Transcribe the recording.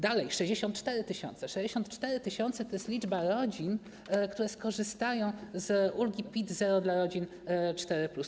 Dalej: 64 tys. 64 tys. to jest liczba rodzin, które skorzystają z ulgi PIT-0 dla rodzin 4+.